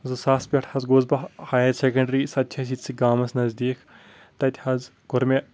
زٕ ساس پٮ۪ٹھ حظ گووُس بہٕ ہایر سیکنڈری سۄتہِ چھےٚ اسہِ ییٚتتھٕے گامس نزدیٖک تتہِ حظ کوٚر مےٚ